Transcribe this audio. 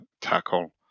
tackle